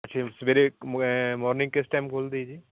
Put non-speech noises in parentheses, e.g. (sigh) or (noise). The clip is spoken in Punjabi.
(unintelligible) ਸਵੇਰੇ ਮ ਮੋਰਨਿੰਗ ਕਿਸ ਟਾਈਮ ਖੁੱਲ੍ਹਦੀ ਜੀ